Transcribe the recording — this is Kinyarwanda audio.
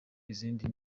izindi